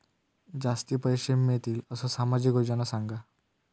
जास्ती पैशे मिळतील असो सामाजिक योजना सांगा?